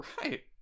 Right